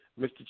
Mr